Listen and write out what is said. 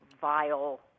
vile